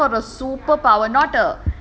no they they asked for a super power not a